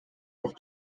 auch